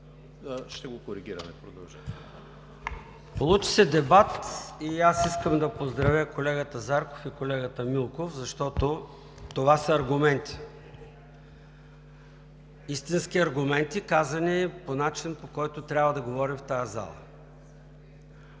уважаеми колеги! Получи се дебат. Искам да поздравя колегата Зарков и колегата Милков, защото това са аргументи – истински аргументи, казани по начин, по който трябва да говорим в тази зала.